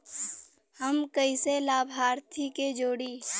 हम कइसे लाभार्थी के जोड़ी?